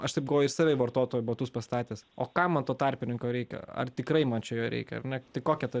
aš taip goju jis save į vartotojo batus pastatęs o kam man to tarpininko reikia ar tikrai ma čia jo reikia ar ne tai kokia ta